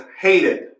hated